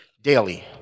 daily